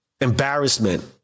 embarrassment